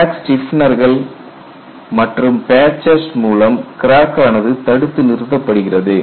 crack ஸ்டிஃபெனர்கள் மற்றும் patches மூலம் கிராக் ஆனது தடுத்து நிறுத்தப்படுகிறது